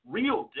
real